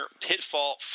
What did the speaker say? Pitfall